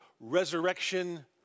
resurrection